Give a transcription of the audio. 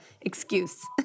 excuse